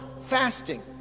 fasting